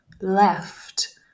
left